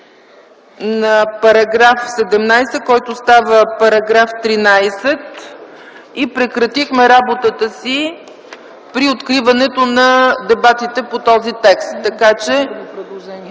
на § 17, който става § 13, и прекратихме работата си при откриването на дебатите по този текст.